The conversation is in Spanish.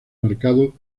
marcado